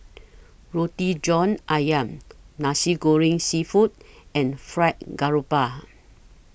Roti John Ayam Nasi Goreng Seafood and Fried Garoupa